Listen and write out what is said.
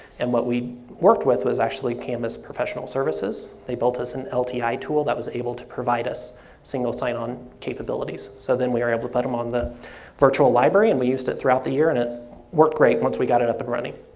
and what we worked with was actually canvas professional services. they build us an lti tool that was able to provide us single sign on capabilities, so then we were able to let them on virtual library and we used it throughout the year and it worked great, once we got it up and running.